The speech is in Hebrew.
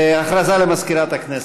הודעה למזכירת הכנסת.